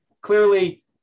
clearly